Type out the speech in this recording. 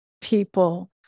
people